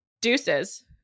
Deuces